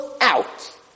out